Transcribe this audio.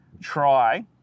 try